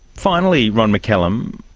finally, ron mccallum,